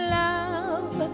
love